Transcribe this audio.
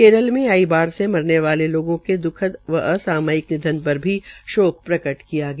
केरल में आई बाढ़ से मरने वाले लोगों के द्खद व असामयिक निधन पर भी शोक प्रकट किया गया